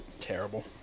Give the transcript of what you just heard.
Terrible